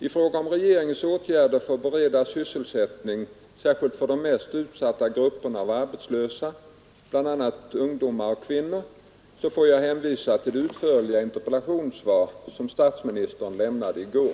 I fråga om regeringens åtgärder för att bereda sysselsättning särskilt för de mest utsatta grupperna av arbetslösa, bl.a. ungdomarna och kvinnorna, får jag hänvisa till det utförliga interpellationssvar som statsministern lämnade i går.